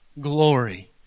glory